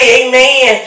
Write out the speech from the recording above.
amen